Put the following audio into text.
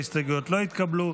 ההסתייגויות לא התקבלו.